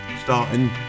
starting